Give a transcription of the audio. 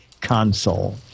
console